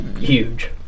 huge